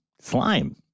slime